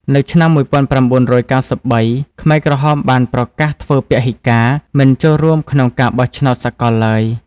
នៅឆ្នាំ១៩៩៣ ខ្មែរក្រហមបានប្រកាសធ្វើពហិការ មិនចូលរួមក្នុងការបោះឆ្នោតសកលឡើយ។